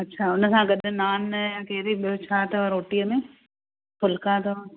अच्छा हुन सां गॾु नान कहिड़ी ॿियो छा अथव रोटीअ में फुल्का अथव